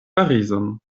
parizon